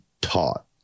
taught